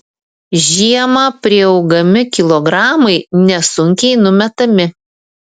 žiemą priaugami kilogramai nesunkiai numetami